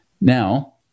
Now